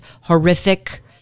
horrific